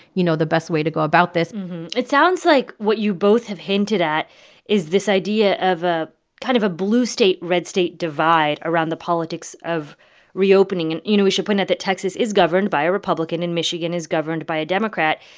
you know, the best way to go about this it sounds like what you both have hinted at is this idea of ah kind of a blue state red state divide around the politics of reopening. and, you know, we should point out that texas is governed by a republican, and michigan is governed by a democrat.